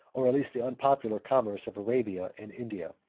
or at least the unpopular commerce of arabia and india.